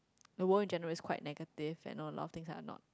the world in general is quite negative and know a lot thing that are not